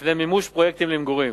בפני מימוש פרויקטים למגורים,